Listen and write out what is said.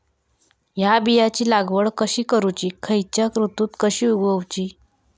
हया बियाची लागवड कशी करूची खैयच्य ऋतुत कशी उगउची?